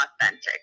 authentic